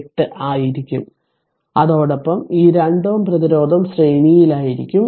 8 ആയിരിക്കും അതോടൊപ്പം ഈ 2 Ω പ്രതിരോധം ശ്രേണിയിലായിരിക്കും